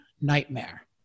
Nightmare